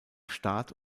start